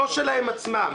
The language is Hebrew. לא שלהם עצמם,